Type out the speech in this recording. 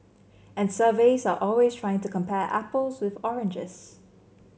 and surveys are always trying to compare apples with oranges